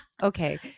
Okay